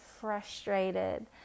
frustrated